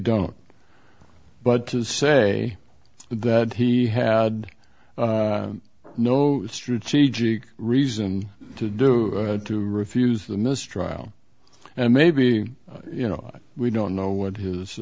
don't but to say that he had no strategic reason to do to refuse the mistrial and maybe you know we don't know what his